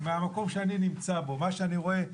ומהמקום שאני נמצא בו מה שאני רואה,